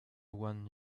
one